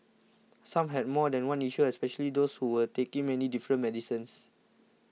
some had more than one issue especially those who were taking many different medicines